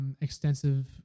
extensive